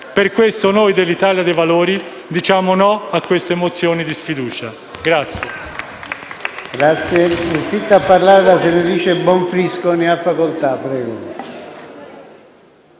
Per questo noi dell'Italia dei Valori diciamo no a queste mozioni di sfiducia.